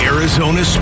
Arizona